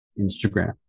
Instagram